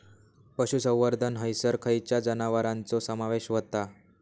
पशुसंवर्धन हैसर खैयच्या जनावरांचो समावेश व्हता?